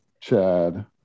Chad